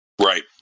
Right